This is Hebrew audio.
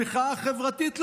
המחאה החברתית?